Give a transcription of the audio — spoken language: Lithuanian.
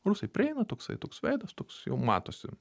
rusai prieina toksai toks veidas toks jau matosi